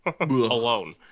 alone